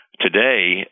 Today